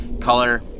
color